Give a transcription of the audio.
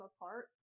apart